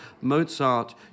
Mozart